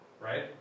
right